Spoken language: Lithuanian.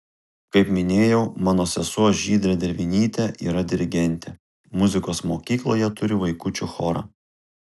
kaip minėjau mano sesuo žydrė dervinytė yra dirigentė muzikos mokykloje turi vaikučių chorą